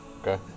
Okay